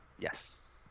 yes